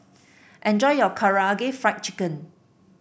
enjoy your Karaage Fried Chicken